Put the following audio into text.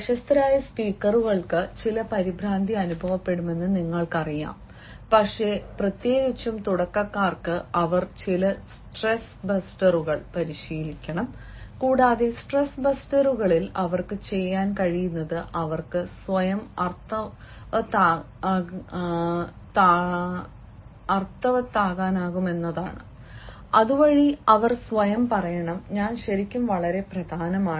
പ്രശസ്തരായ സ്പീക്കറുകൾക്ക് ചില പരിഭ്രാന്തി അനുഭവപ്പെടുമെന്ന് നിങ്ങൾക്കറിയാം പക്ഷേ പ്രത്യേകിച്ചും തുടക്കക്കാർക്ക് അവർ ചില സ്ട്രെസ് ബസ്റ്ററുകൾ പരിശീലിക്കണം കൂടാതെ സ്ട്രെസ് ബസ്റ്ററുകളിൽ അവർക്ക് ചെയ്യാൻ കഴിയുന്നത് അവർക്ക് സ്വയം അർത്ഥവത്താക്കാനാകുമെന്നതാണ് അതുവഴി അവർ സ്വയം പറയണം ഞാൻ ശരിക്കും വളരെ പ്രധാനമാണ്